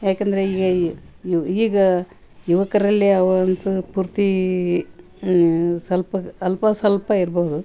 ಏಕೆಂದ್ರೆ ಈಗ ಈ ಯು ಈಗ ಯುವಕರಲ್ಲಿ ಅವಂತು ಪೂರ್ತಿ ಸ್ವಲ್ಪ ಅಲ್ಪ ಸ್ವಲ್ಪ ಇರಬಹ್ದು